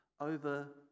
over